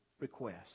request